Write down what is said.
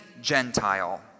Gentile